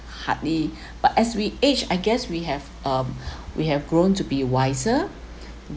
hardly but as we age I guess we have um we have grown to be wiser